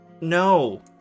No